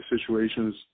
situations